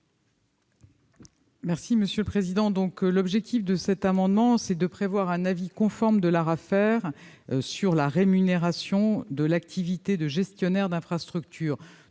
est à Mme la ministre. L'objet de cet amendement est de prévoir un avis conforme de l'Arafer sur la rémunération de l'activité de gestionnaire d'infrastructure.